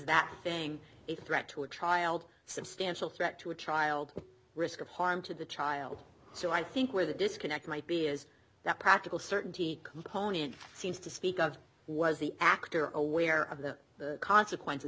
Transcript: that thing a threat to a child substantial threat to a child risk of harm to the child so i think where the disconnect might be is that practical certainty component seems to speak of was the actor or aware of the consequences